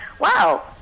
wow